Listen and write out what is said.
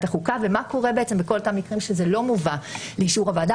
החוקה ומה קורה בכל אותם מקרים שזה לא מובא לאישור הוועדה,